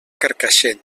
carcaixent